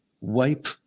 wipe